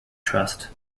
trust